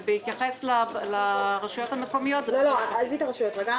ובהתייחס לרשויות המקומיות --- עזבי את הרשויות רגע.